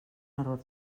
error